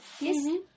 Yes